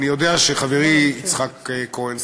אני יודע שחברי יצחק כהן,